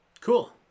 Cool